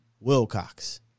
Wilcox